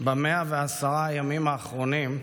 ב-110 הימים האחרונים,